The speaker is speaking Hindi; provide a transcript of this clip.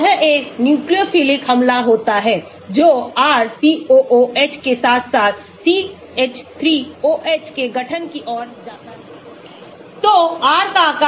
यहां एक न्यूक्लियोफिलिक हमला होता है जो RCOOH के साथ साथ CH3 OH के गठन की ओर जाता है